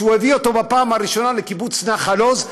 שהביא אותו בפעם הראשונה לקיבוץ נחל עוז,